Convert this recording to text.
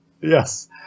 Yes